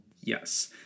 Yes